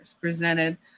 presented